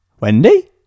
Wendy